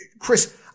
Chris